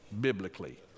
biblically